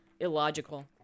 illogical